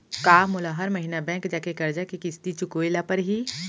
का मोला हर महीना बैंक जाके करजा के किस्ती चुकाए ल परहि?